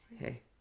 Hey